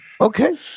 Okay